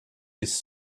his